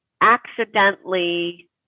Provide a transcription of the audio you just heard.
accidentally